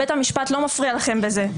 בית המשפט לא מפריע לכם בזה.